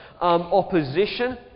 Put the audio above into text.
opposition